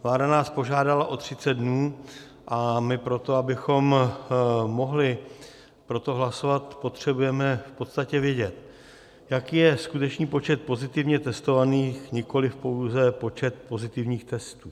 Vláda nás požádala o 30 dní a my proto, abychom mohli pro to hlasovat, potřebujeme v podstatě vědět, jaký je skutečný počet pozitivně testovaných, nikoliv pouze počet pozitivních testů.